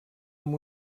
amb